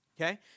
okay